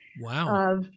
Wow